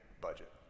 budget